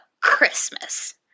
Christmas